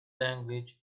language